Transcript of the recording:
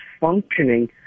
functioning